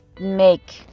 make